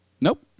Nope